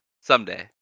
Someday